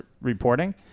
reporting